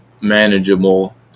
manageable